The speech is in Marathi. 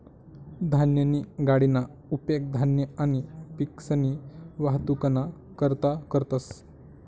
धान्यनी गाडीना उपेग धान्य आणि पिकसनी वाहतुकना करता करतंस